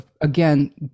again